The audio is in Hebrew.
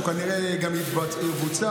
שהוא כנראה גם יבוצע,